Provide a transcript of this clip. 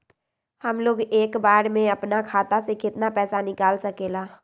हमलोग एक बार में अपना खाता से केतना पैसा निकाल सकेला?